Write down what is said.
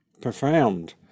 profound